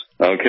okay